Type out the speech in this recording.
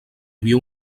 havia